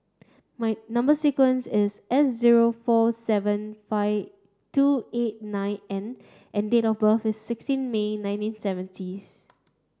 my number sequence is S zero four seven five two eight nine N and date of birth is sixteen May nineteen seventieth